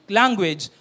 language